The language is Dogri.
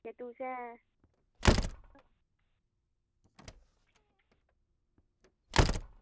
ते तुसें